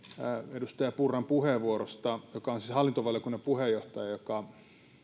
edustaja purran puheenvuorosta hän on siis hallintovaliokunnan puheenjohtaja joka